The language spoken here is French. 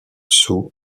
sous